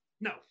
No